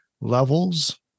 levels